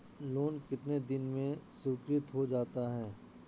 Loan कितने दिन में स्वीकृत हो जाता है?